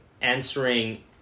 answering